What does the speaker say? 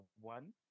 one